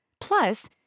Plus